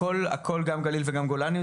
הכל גם גליל וגם גולן?